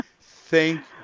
thank